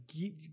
get